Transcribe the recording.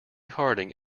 harding